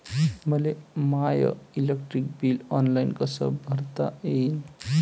मले माय electric bill online कस भरता येईन?